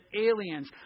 aliens